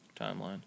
timeline